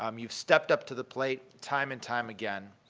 um you've stepped up to the plate time and time again.